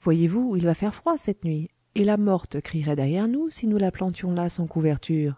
voyez-vous il va faire froid cette nuit et la morte crierait derrière nous si nous la plantions là sans couverture